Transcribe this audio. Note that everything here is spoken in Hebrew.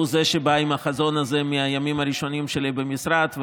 והוא שבא עם החזון הזה בימים הראשונים שלי במשרד,